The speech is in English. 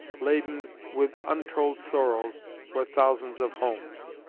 laden with untold sorrows for thousands of homes.